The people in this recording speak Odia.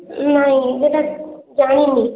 ନାଇଁ ସେଇଟା ଜାଣିନି